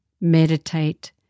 meditate